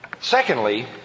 Secondly